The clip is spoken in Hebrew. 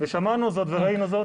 ושמענו זאת וראינו זאת